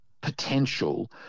potential